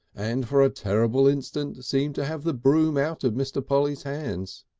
and for a terrible instant seemed to have the broom out of mr. polly's hands.